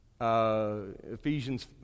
Ephesians